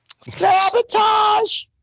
sabotage